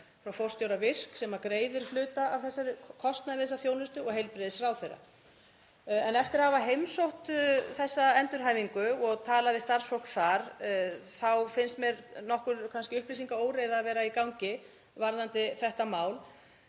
frá forstjóra VIRK, sem greiðir hluta af kostnaði við þessa þjónustu, og heilbrigðisráðherra. En eftir að hafa heimsótt þessa endurhæfingu og talað við starfsfólk þar þá finnst mér nokkur upplýsingaóreiða vera í gangi varðandi þetta mál